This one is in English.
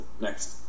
next